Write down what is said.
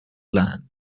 land